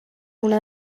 una